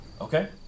Okay